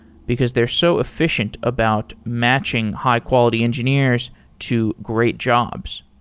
because they're so efficient about matching high-quality engineers to great jobs.